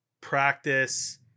practice